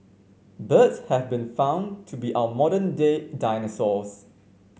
birds have been found to be our modern day dinosaurs